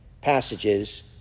passages